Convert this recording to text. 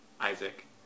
Isaac